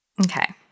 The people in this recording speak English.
Okay